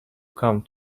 come